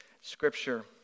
scripture